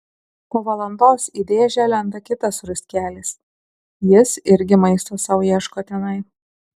po valandos į dėžę lenda kitas ruskelis jis irgi maisto sau ieško tenai